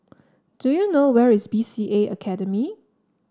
do you know where is B C A Academy